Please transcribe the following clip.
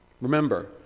Remember